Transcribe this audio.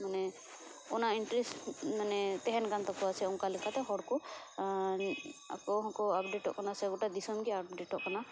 ᱢᱟᱱᱮ ᱚᱱᱟ ᱤᱱᱴᱨᱮᱥ ᱢᱟᱱᱮ ᱛᱮᱦᱮᱱ ᱠᱟᱱ ᱛᱟᱠᱚᱭᱟ ᱥᱮ ᱚᱱᱠᱟ ᱞᱮᱠᱟᱛᱮ ᱦᱚᱲ ᱠᱚ ᱟᱠᱚ ᱦᱚᱸᱠᱚ ᱟᱯᱰᱮᱴᱚᱜ ᱠᱟᱱᱟ ᱥᱮ ᱜᱚᱴᱟ ᱫᱤᱥᱚᱢ ᱜᱮ ᱟᱯᱰᱮᱴᱚᱜ ᱠᱟᱱᱟ